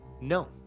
No